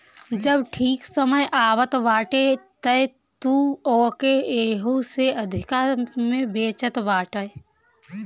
जब ठीक समय आवत बाटे तअ तू ओके एहू से अधिका में बेचत बाटअ